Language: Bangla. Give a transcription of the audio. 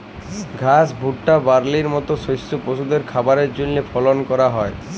ঘাস, ভুট্টা, বার্লির মত শস্য পশুদের খাবারের জন্হে ফলল ক্যরা হ্যয়